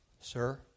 Sir